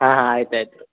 ಹಾಂ ಹಾಂ ಆಯ್ತು ಆಯಿತು